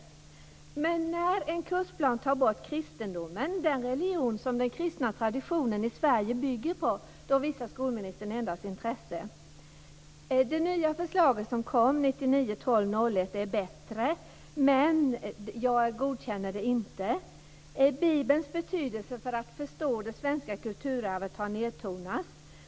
När en kursplan tar bort kristendomen, den religion som den kristna traditionen i Sverige bygger på, visar skolministern endast intresse. Det nya förslaget, som kom den 1 december 1999, är bättre, men jag godkänner det inte. Bibelns betydelse för att förstå det svenska kulturarvet har nedtonats.